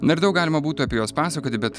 na ir daug galima būtų apie juos pasakoti bet